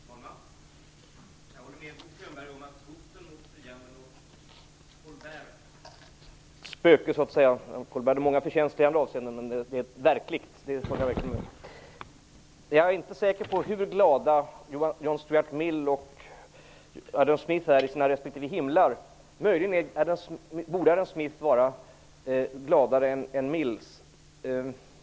Fru talman! Jag håller med Bo Könberg om hoten mot frihandeln och om Colberts spöke. Colbert hade många förtjänster i andra avseenden, men jag håller verkligen med om att hotet är verkligt. Jag är inte säker på hur glada John Stuart Mill och Adam Smith är i sina respektive himlar. Möjligen borde Adam Smith vara gladare än Mill.